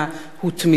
הוא תמידי,